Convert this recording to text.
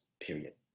period